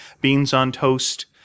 beans-on-toast